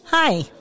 Hi